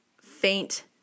faint